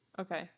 Okay